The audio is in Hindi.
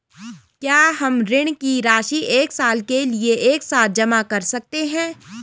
क्या हम ऋण की राशि एक साल के लिए एक साथ जमा कर सकते हैं?